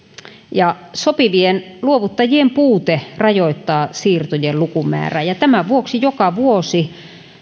sopivien luovuttajien puute rajoittaa siirtojen lukumäärää tämän vuoksi joka vuosi